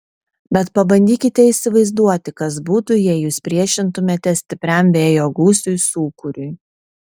bet pabandykite įsivaizduoti kas būtų jei jūs priešintumėtės stipriam vėjo gūsiui sūkuriui